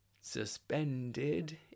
suspended